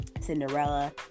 Cinderella